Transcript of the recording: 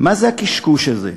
מה זה הקשקוש הזה,